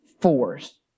force